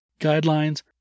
guidelines